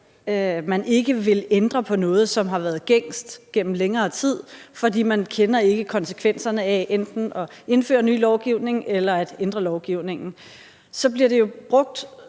man ikke vil ændre på noget, som har været gængs gennem længere tid, fordi man ikke kender konsekvenserne af enten at indføre ny lovgivning eller ændre lovgivningen, så det bliver jo brugt